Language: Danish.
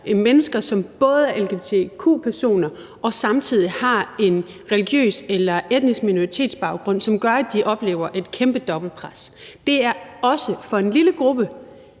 mennesker, som både er lgbtq-personer og samtidig har en religiøs eller etnisk minoritetsbaggrund, som gør, at de oplever et kæmpe dobbeltpres. Det er også en indsats for en lille gruppe,